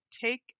take